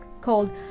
called